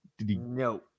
No